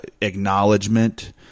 acknowledgement